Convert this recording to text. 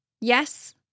yes